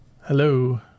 Hello